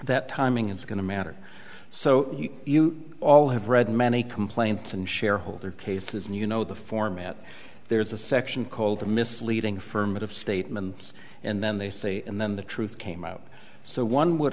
that timing is going to matter so you all have read many complaints and shareholder cases and you know the format there's a section called the misleading firm of statements and then they say and then the truth came out so one would